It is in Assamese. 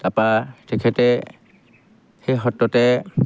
তাৰ পৰা তেখেতে সেই সত্ৰতে